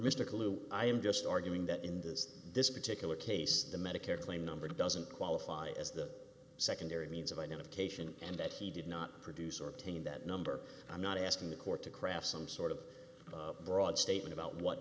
mr clue i am just arguing that in the is this particular case the medicare claim number doesn't qualify as the secondary means of identification and that he did not produce or obtain that number i'm not asking the court to craft some sort of broad statement about what